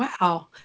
wow